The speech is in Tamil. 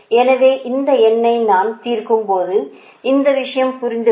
எனவே இந்த எண்ணை நான் தீர்க்கும்போது அந்த விஷயம் புரிந்துவிடும்